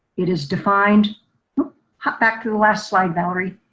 it is defined hop back to the last slide, valerie,